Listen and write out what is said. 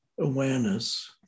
awareness